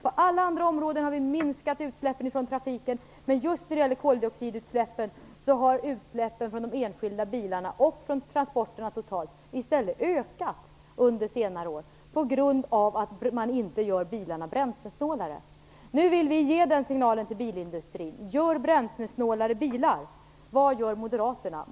På alla andra områden har vi minskat utsläppen från trafiken, men just när det gäller koldioxidutsläppen har utsläppen från de enskilda bilarna och från transporterna totalt sett i stället ökat under senare år på grund av att bilarna inte görs bränslesnålare. Nu vill vi ge en signal till bilindustrin: Gör bränslesnålare bilar! Vad gör moderaterna?